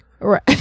right